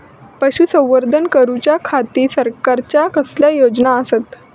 पशुसंवर्धन करूच्या खाती सरकारच्या कसल्या योजना आसत?